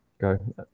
go